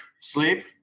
sleep